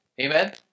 Amen